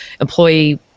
employee